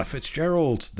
Fitzgerald